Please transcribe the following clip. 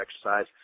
exercise